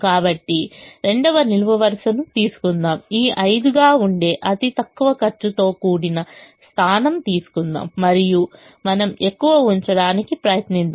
కాబట్టి రెండవ నిలువు వరుసను తీసుకుందాం ఈ 5 గా ఉండే అతి తక్కువ ఖర్చుతో కూడిన స్థానం తీసుకుందాం మరియు మనం ఎక్కువ ఉంచడానికి ప్రయత్నిద్దాం